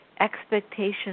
expectation